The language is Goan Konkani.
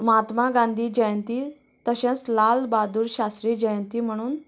महात्मा गांधी जयंती तशेंच लाल बाहादूर शास्त्री जयंती म्हणून